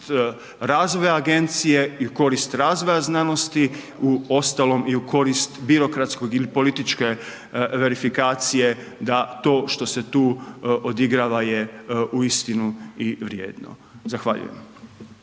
razvoja agencije i u korist razvoja znanosti, uostalom i u korist birokratskog ili političke verifikacije, da to što se tu odigrava je uistinu i vrijedno. Zahvaljujem.